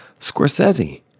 Scorsese